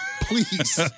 Please